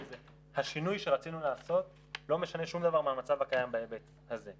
השינוי שרצינו לעשות לא משנה שום דבר מהמצב הקיים בהיבט הזה.